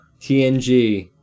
TNG